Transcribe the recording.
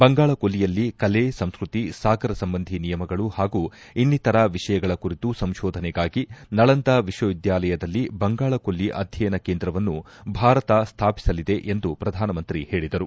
ಬಂಗಾಳಕೊಲ್ಲಿಯಲ್ಲಿ ಕಲೆ ಸಂಸ್ಕತಿ ಸಾಗರ ಸಂಬಂಧಿ ನಿಯಮಗಳು ಹಾಗೂ ಇನ್ನಿತರ ವಿಷಯಗಳ ಕುರಿತು ಸಂಶೋಧನೆಗಾಗಿ ನಳಂದ ವಿಶ್ವವಿದ್ಯಾಲಯದಲ್ಲಿ ಬಂಗಾಳಕೊಲ್ಲಿ ಅಧ್ಯಯನ ಕೇಂದ್ರವನ್ನು ಭಾರತ ಸ್ಥಾಪಿಸಲಿದೆ ಎಂದು ಪ್ರಧಾನಮಂತ್ರಿ ಹೇಳಿದರು